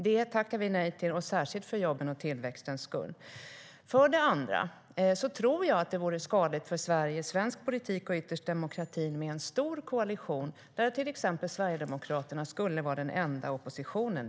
Det tackar vi nej till, särskilt för jobbens och tillväxtens skull. För det andra tror jag att det vore skadligt för Sverige, svensk politik och ytterst demokratin med en stor koalition, där till exempel Sverigedemokraterna skulle vara den enda oppositionen.